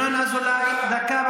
דעה נוספת, ינון אזולאי, דקה.